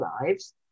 lives